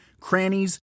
crannies